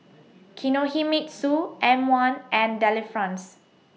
Kinohimitsu M one and Delifrance